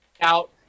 out